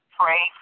pray